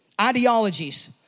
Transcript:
ideologies